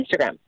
Instagram